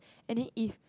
and then if